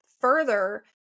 further